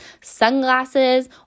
sunglasses